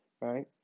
right